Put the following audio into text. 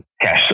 cash